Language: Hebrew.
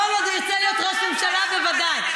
כל עוד הוא ירצה להיות ראש ממשלה, בוודאי.